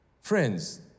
Friends